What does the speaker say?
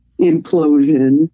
implosion